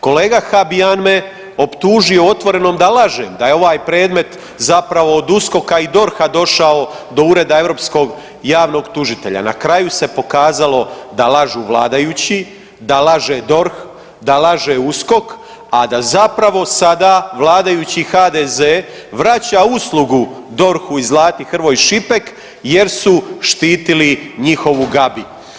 Kolega Habijan me optužio u Otvorenom da lažem, da je ovaj predmet zapravo od USKOK-a i DORH-a došao do Ureda europskog javnog tužitelja, na kraju se pokazalo da lažu vladajući, da laže DORH, da laže USKOK, a da zapravo sada vladajući HDZ vraća uslugu DORH-u i Zlati Hrvoj Šipek jer su štitili njihovu Gabi.